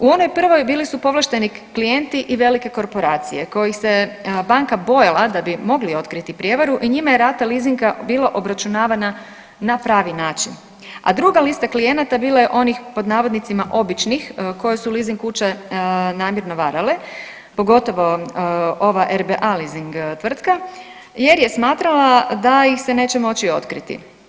U onoj prvoj bili su povlašteni klijenti i velike korporacije kojih se banka bojala da bi mogli otkriti prijevaru i njima je rata leasinga bila obračunavana na pravi način, a druga lista klijenata je bila onih pod navodnicima običnih koje su leasing kuće namjerno varale pogotovo ova RBA leasing tvrtka jer je smatrala da ih se neće moći otkriti.